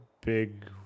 big